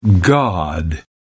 God